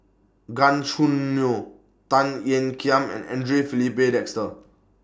Gan Choo Neo Tan Ean Kiam and Andre Filipe Desker